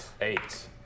Eight